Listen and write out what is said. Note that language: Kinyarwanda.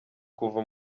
kuva